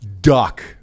Duck